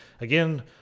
again